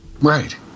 Right